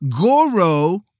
Goro